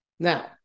Now